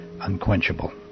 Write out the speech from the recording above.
unquenchable